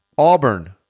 Auburn